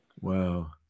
Wow